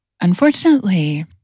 Unfortunately